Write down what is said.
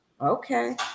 Okay